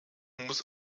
muss